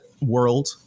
world